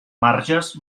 marges